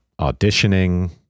auditioning